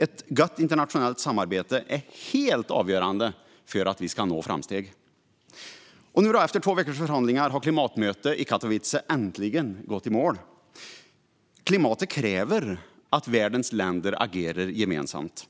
Ett gott internationellt samarbete är helt avgörande för att vi ska nå framsteg. Nu efter två veckors förhandlingar har klimatmötet i Katowice äntligen gått i mål. Klimatet kräver att världens länder agerar gemensamt.